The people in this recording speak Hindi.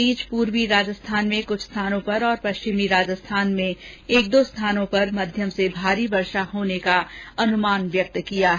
मौसम विभाग ने पूर्वी राजस्थान में कुछ स्थानों पर तथा पश्चिमी राजस्थान के एक दो स्थानों पर मध्यम से भारी वर्षा होने का अनुमान व्यक्त किया है